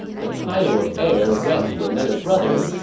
the title of heir went to another brother,